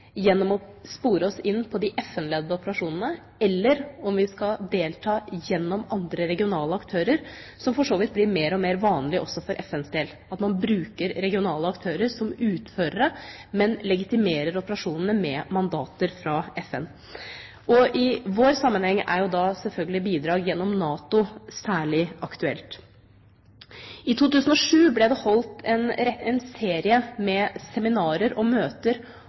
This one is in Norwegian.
gjennom å spore oss inn på de FN-ledede operasjonene, eller om vi skal delta gjennom andre, regionale aktører. Det blir for så vidt mer og mer vanlig også for FNs del at man bruker regionale aktører som utførere, men legitimerer operasjonene med mandater fra FN. I vår sammenheng er jo da selvfølgelig bidrag gjennom NATO særlig aktuelt. I 2007 ble det holdt en serie med seminarer og møter